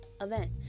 event